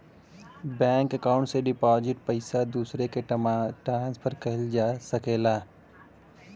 bank account से deposit पइसा दूसरे के ट्रांसफर किहल जा सकला